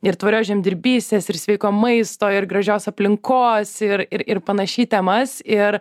ir tvarios žemdirbystės ir sveiko maisto ir gražios aplinkos ir ir ir panašiai temas ir